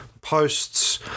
Posts